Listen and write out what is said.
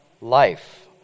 life